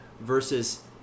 versus